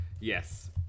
Yes